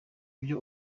byo